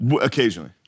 Occasionally